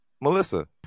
Melissa